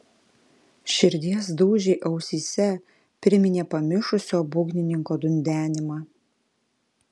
širdies dūžiai ausyse priminė pamišusio būgnininko dundenimą